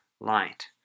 light